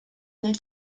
nel